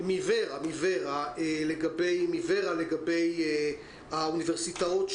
מוור"ה לגבי האוניברסיטאות,